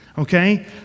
Okay